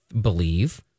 believe